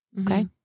Okay